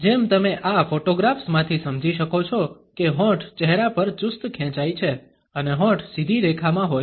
જેમ તમે આ ફોટોગ્રાફ્સમાંથી સમજી શકો છો કે હોઠ ચહેરા પર ચુસ્ત ખેંચાય છે અને હોઠ સીધી રેખામાં હોય છે